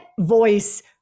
voice